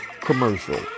commercial